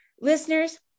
Listeners